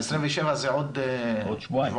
ה-27 זה עוד שבועיים.